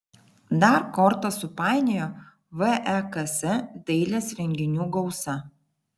dar kortas supainiojo veks dailės renginių gausa